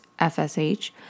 FSH